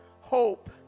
hope